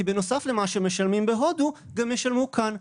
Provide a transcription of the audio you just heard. כי בנוסף למה שמשלמים בהודו גם ישלמו כאן.